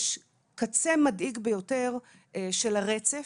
יש קצה מדאיג ביותר של הרצף.